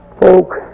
folk